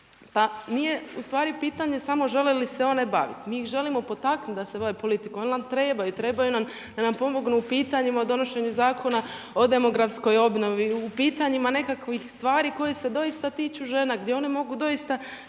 Pa nije ustvari pitanje samo žele li se one baviti, mi ih želimo potaknuti da se bave politikom jer nam trebaju, trebaju nam da nam pomognu u pitanjima u donošenju Zakona o demografskoj obnovi, u pitanjima nekakvih stvari koje se doista tiču žene, gdje one mogu doista